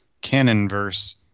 canon-verse